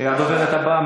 הדוברת הבאה,